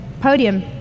podium